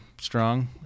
strong